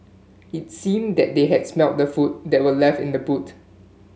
it seemed that they had smelt the food that were left in the boot